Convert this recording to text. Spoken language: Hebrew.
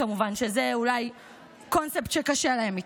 כמובן שזה אולי קונספט שקשה להם איתו.